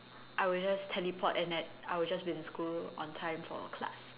I will just teleport and like I will just be in school on time for class